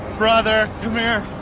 brother, come